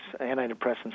antidepressants